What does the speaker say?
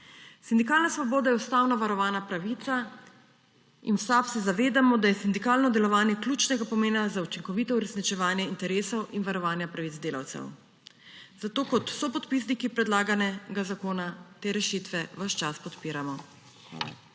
Sindikalna svoboda je ustavno varovana pravica in v SAB se zavedamo, da je sindikalno delovanje ključnega pomena za učinkovito uresničevanje interesov in varovanja pravic delavcev. Zato kot sopodpisniki predlaganega zakona te rešitve ves čas podpiramo.